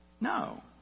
No